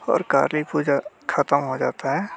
और काली पूजा खत्म हो जाता है